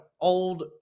old